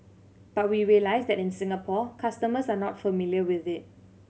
but we realise that in Singapore customers are not familiar with it